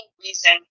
reason